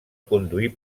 conduir